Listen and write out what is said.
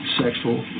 sexual